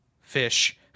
fish